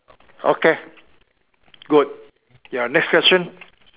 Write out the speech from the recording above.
okay good ya next question